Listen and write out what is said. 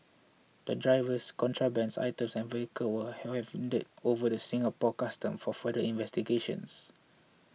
the drivers contraband items and vehicles were handed over to Singapore Customs for further investigations